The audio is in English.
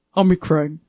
omicron